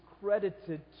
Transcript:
credited